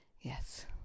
yes